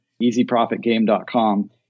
easyprofitgame.com